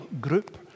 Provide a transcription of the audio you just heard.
group